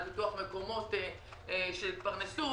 על פיתוח מקומות להתפרנס,